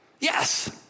Yes